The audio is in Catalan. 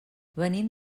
venim